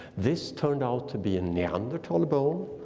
this turned out to be a neanderthal bone.